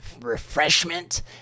refreshment